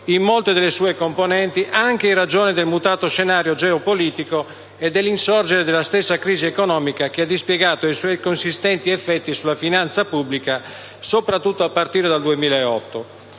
in molte delle sue componenti, anche in ragione del mutato scenario geopolitico e dell'insorgere della stessa crisi economica, che ha dispiegato i suoi consistenti effetti sulla finanza pubblica, soprattutto a partire dal 2008.